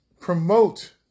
promote